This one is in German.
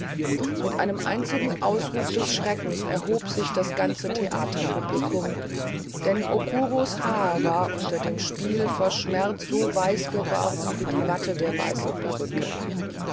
mit einem einzigen ausruf des schreckens erhob sich das ganze theaterpublikum denn okuros haar war unter dem spiel vor schmerz so weiß geworden wie die watte der weißen perücke